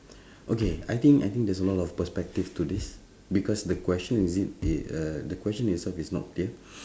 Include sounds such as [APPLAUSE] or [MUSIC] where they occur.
[BREATH] okay I think I think there's a lot of perspective to this because the question is it i~ err the question itself is not clear [BREATH]